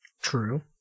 True